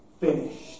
finished